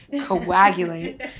coagulate